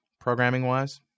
programming-wise